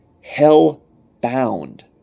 hell-bound